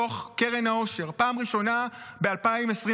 מכוח קרן העושר: פעם ראשונה ב-2023,